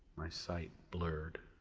my sight blurred.